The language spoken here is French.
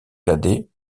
cadet